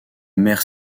mère